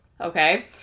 Okay